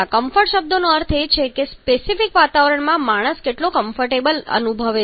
comfort શબ્દનો અર્થ એ છે કે કોઈ સ્પેસિફિક વાતાવરણમાં માણસ કેટલો કમ્ફર્ટેબલ અનુભવે છે